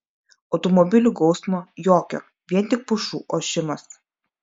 automobilių gausmo jokio vien tik pušų ošimas